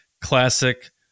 classic